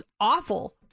awful